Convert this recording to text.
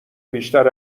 بیشتر